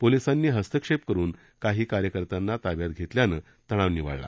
पोलिसांनी हस्तक्षेप करुन काही कार्यकर्त्यांना ताब्यात घेतल्यानं तणाव निवळला